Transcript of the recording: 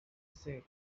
say